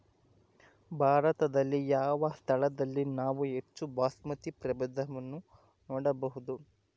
ಭಾರತದಲ್ಲಿ ಯಾವ ಸ್ಥಳದಲ್ಲಿ ನಾವು ಹೆಚ್ಚು ಬಾಸ್ಮತಿ ಪ್ರಭೇದವನ್ನು ನೋಡಬಹುದು?